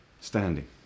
standing